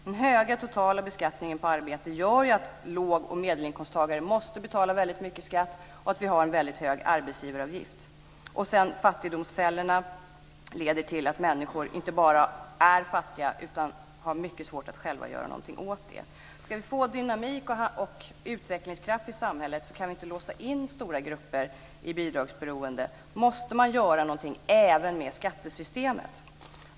Den höga totala beskattningen på arbete gör att låg och medelinkomsttagare måste betala mycket skatt och att det är en hög arbetsgivaravgift. Fattigdomsfällorna leder till att människor inte bara är fattiga utan har mycket svårt att själva göra någonting åt det. För att få dynamik och utvecklingskraft i samhället kan inte stora grupper låsas in i bidragsberoende. Då måste det göras något även med skattesystemet.